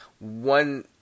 one